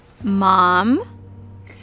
Mom